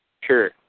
Sure